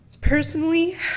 Personally